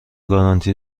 گارانتی